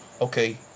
okay